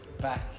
back